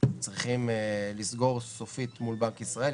צריכים לסגור סופית מול בנק ישראל,